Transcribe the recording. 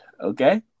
Okay